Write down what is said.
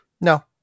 No